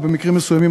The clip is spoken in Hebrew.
ובמקרים מסוימים,